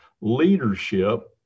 leadership